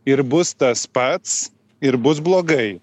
ir bus tas pats ir bus blogai